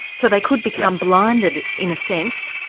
so they could become blinded, in a sense,